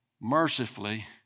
mercifully